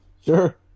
Sure